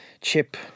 chip